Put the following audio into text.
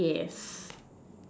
yes